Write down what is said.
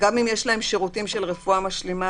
גם אם יש להם שירותים של רפואה משלימה,